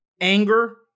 anger